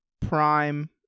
prime